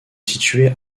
situé